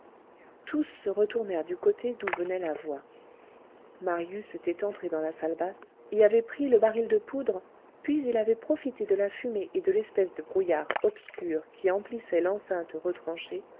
tous se retournèrent du côté d'où venait la voix marius était entré dans la salle basse y avait pris le baril de poudre puis il avait profité de la fumée et de l'espèce de brouillard obscur qui emplissait l'enceinte retranchée